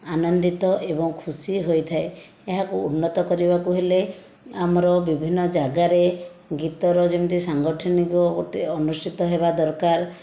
ଆନନ୍ଦିତ ଏବଂ ଖୁସି ହୋଇଥାଏ ଏହାକୁ ଉନ୍ନତ କରିବାକୁ ହେଲେ ଆମର ବିଭିନ୍ନ ଜାଗାରେ ଗୀତର ଯେମିତି ସାଙ୍ଗଠନିକ ଗୋଟିଏ ଅନୁଷ୍ଠିତ ହେବା ଦରକାର